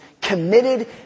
committed